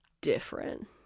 different